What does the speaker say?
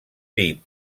dir